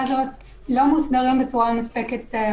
אני עכשיו מסתובב